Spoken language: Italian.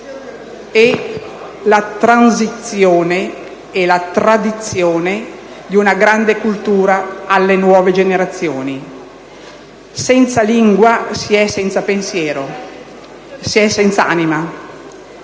e la transizione e la tradizione di una grande cultura alle nuove generazioni. Senza lingua si è senza pensiero, si è senza anima.